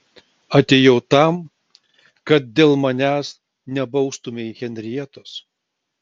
atėjau tam kad dėl manęs nebaustumei henrietos